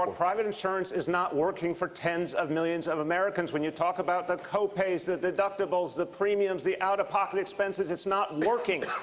um private insurance is not working for ten of millions of americans. when you talk about the co-pays, the deductibles, the premiums, the out-of-pocket expenses, it's not working.